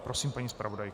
Prosím, paní zpravodajko.